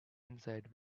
inside